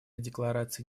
декларации